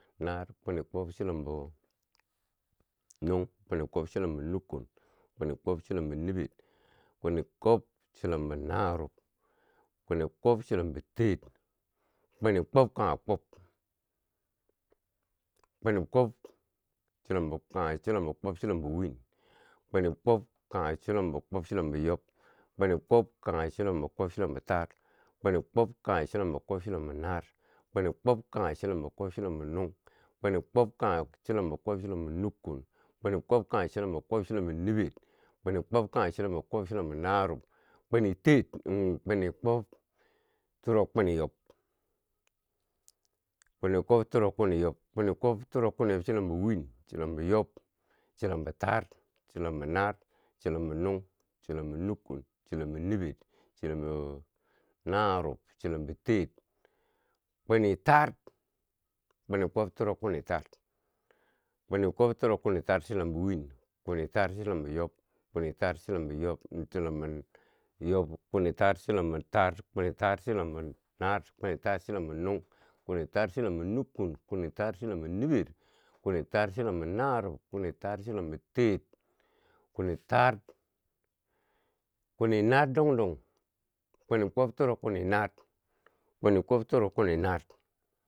Naar kwini kwob chilombo nung, kwini kwob chilombo nukkun, kwini kwob chilombo niber, kwini kwob chilombo narob, kwini kwob chilombo teer, kwini kwob kanghe kwob, kwini kwob chilombo kwob chilombo win, kwini kwob kanghe chilombo kwob, chilombo yob, kwini kwob kanghe chilombo kwab chilombo taar, kwini kwob kanghe chilombo kwab chilombo naar, kwini kwob kanghe chilombo kwob chilom nung, kwini kwob kanghe chilombo kwob chilombo nukkun, kwini kwob kanghe chilombo kwob chilombo nibber, kwini kwob kanghe chilombo kwob chilombo narob, kwini teer, kwini kwob toro kwini yob, kwini kwob toro kwini yob chilombo win, chilombo yob, chilombo taar, chilombo naar, chilombo nung, chilombo nukkum, chilombo niber, chilombo narob, chilombo teer, kwini taar, kwini kwob toro kwini taar, kwini kwob toro kwini taar chulombo win, kwini taar chulombo yob, kwini taar chulombo taar, kwini taar chulombo naar, kwini taar chulombo nung, kwini taar chulombo nukkun, kwini taar chulombo niber, kwini taar chulombo narob, kwini taar chulombo teer, kwini taar, kwini naar dong dong, kwini kwob toro kwini naar, kwini kwob toro kwini naar.